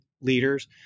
leaders